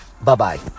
Bye-bye